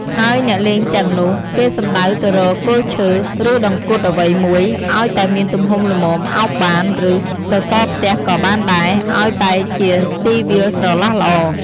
ហើយអ្នកលេងទាំងនោះ គេសំដៅទៅរកគល់ឈើ ឬដង្គត់អ្វីមួយ ឲ្យតែមានទំហំល្មមឱបបាន ឬ សសរផ្ទះក៏បានដែរ ឲ្យតែជាទីវាលស្រឡះល្អ ។